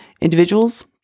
individuals